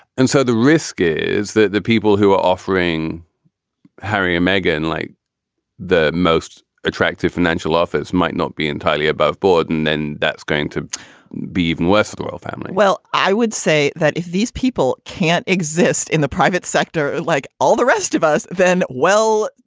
and so the risk is that the people who are offering harry and meghan, like the most attractive financial officers, might not be entirely above board. and then that's going to be even worse. the the royal family well, i would say that if these people can't exist in the private sector, like all the rest of us, then, well,